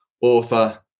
author